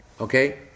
Okay